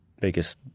biggest